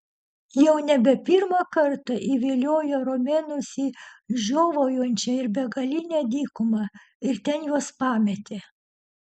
jau nebe pirmą kartą įviliojo romėnus į žiovaujančią ir begalinę dykumą ir ten juos pametė